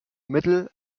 mittel